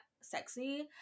sexy